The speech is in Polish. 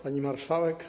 Pani Marszałek!